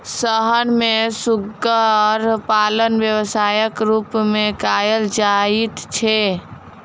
शहर मे सुग्गर पालन व्यवसायक रूप मे कयल जाइत छै